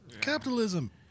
Capitalism